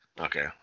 Okay